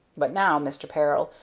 but now, mister peril,